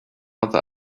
other